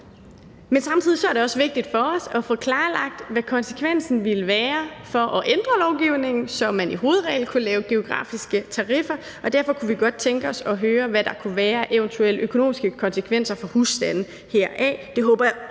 Men samtidig er det også vigtigt for os at få klarlagt, hvad konsekvensen ville være af at ændre lovgivningen, så man som hovedregel kunne lave geografiske tariffer, og derfor kunne vi godt tænke os at høre, hvad der kunne være af eventuelle økonomiske konsekvenser heraf for husstande. Det